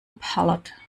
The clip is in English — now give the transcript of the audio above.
pallet